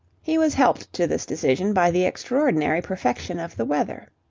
he was helped to this decision by the extraordinary perfection of the weather.